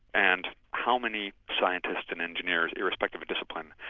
and how many scientists and engineers irrespective of discipline,